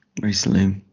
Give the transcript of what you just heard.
recently